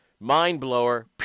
Mind-blower